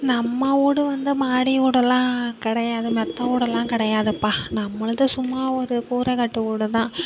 நம்ம வீடு வந்து மாடி வீடலாம் கிடையாது மெத்தை வீடேல்லா கிடையாதுப்பா நம்மளுது வந்து சும்மா ஒரு கூரைக்கட்டு வீடுதான்